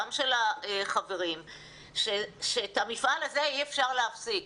גם של החברים שאת המפעל הזה אי אפשר להפסיק.